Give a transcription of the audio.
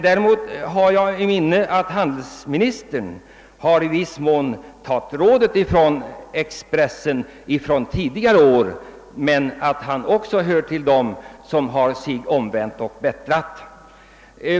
Däremot erinrar jag mig att handelsministern i viss mån tagit råd av Expressen under tidigare år, men han hör också till dem som har sig omvänt och bättrat.